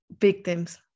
victims